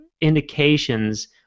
indications